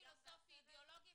זה דיון פילוסופי-אידיאולוגי,